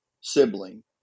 sibling